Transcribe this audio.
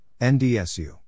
NDSU